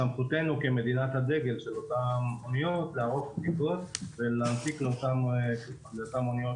סמכותנו כמדינת דגל של אותן אניות לערוך בדיקות ולהנפיק לאותן אניות